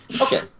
Okay